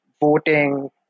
voting